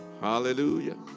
hallelujah